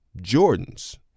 Jordan's